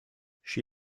she